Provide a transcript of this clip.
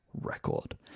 record